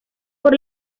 por